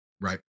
Right